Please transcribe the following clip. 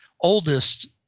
oldest